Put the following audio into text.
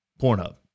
Pornhub